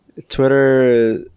twitter